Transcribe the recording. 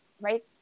right